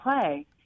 play